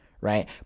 right